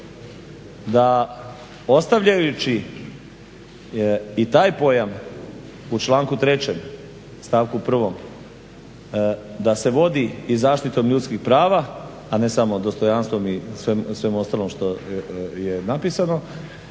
da ostavljajući i taj pojam u članku 3. stavku 1. da se vodi i zaštitom ljudskih prava, a ne samo dostojanstvom i svemu ostalom što je napisano